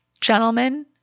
gentlemen